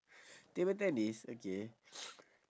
table tennis okay